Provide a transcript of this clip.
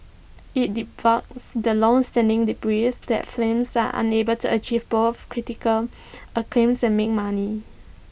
IT debunks the longstanding belief that films are unable to achieve both critical acclaim and make money